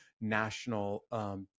national